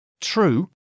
True